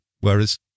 Whereas